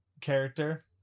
character